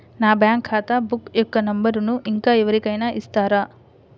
నా బ్యాంక్ ఖాతా బుక్ యొక్క నంబరును ఇంకా ఎవరి కైనా ఇస్తారా?